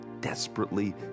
desperately